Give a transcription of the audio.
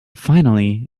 finally